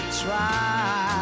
try